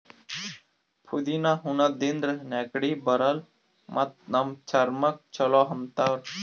ಪುದಿನಾ ಉಣಾದ್ರಿನ್ದ ನೆಗಡಿ ಬರಲ್ಲ್ ಮತ್ತ್ ನಮ್ ಚರ್ಮಕ್ಕ್ ಛಲೋ ಅಂತಾರ್